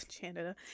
Canada